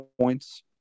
points